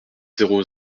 zéro